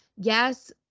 yes